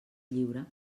lliure